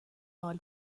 آلمان